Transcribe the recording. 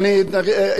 למה זה שונה?